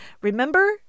Remember